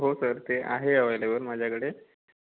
हो सर ते आहे अव्हेलेबल माझ्याकडे